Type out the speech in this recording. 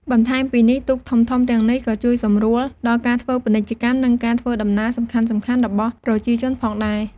បន្ថែមពីនេះ ទូកធំៗទាំងនេះក៏ជួយសម្រួលដល់ការធ្វើពាណិជ្ជកម្ម និងការធ្វើដំណើរសំខាន់ៗរបស់ប្រជាជនផងដែរ។